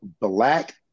black